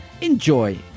enjoy